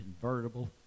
convertible